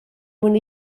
mwyn